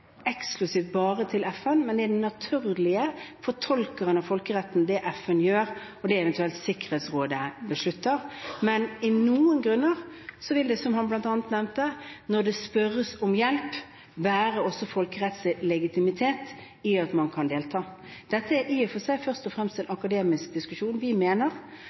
bare eksklusivt til FN, men det FN gjør, og det Sikkerhetsrådet eventuelt beslutter, er den naturlige fortolkningen av folkeretten. Men i noen tilfeller vil det, som han bl.a. nevnte, bli spurt om hjelp, og da vil det være folkerettslig legitimt å delta. Dette er i og for seg først og fremst en akademisk diskusjon. Vi mener